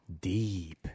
Deep